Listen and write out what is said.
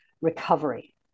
recovery